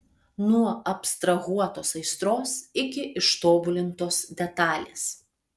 nuo abstrahuotos aistros iki ištobulintos detalės